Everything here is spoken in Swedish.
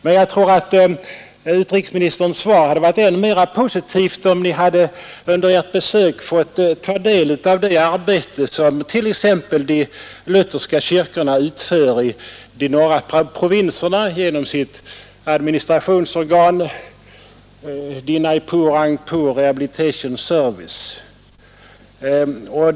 Men jag tror att utrikesministerns svar hade varit ännu mera positivt om han under sitt besök hade fått ta del av det arbete som t.ex. de lutherska kyrkorna utför i de norra provinserna genom ”Rangpur Dinajpur Rehabilitation Service”.